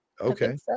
Okay